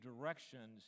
directions